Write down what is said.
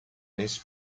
nis